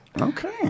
Okay